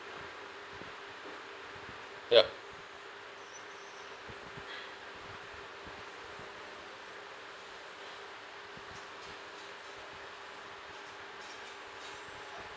yup